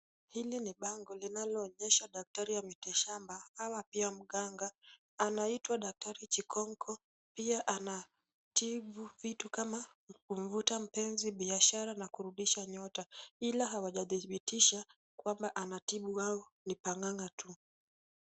Hili ni bango linaloonyesha daktari wa mitishamba ama pia mganga. Anaitwa daktari Chikonko pia anatibu vitu kama kumvuta mpenzi, biashara na kurudisha nyota. Ila hawajadhibitisha kwamba anatibu au ni pang’ang’a tu.